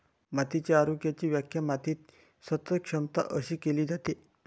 मातीच्या आरोग्याची व्याख्या मातीची सतत क्षमता अशी केली जाते